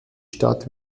stadt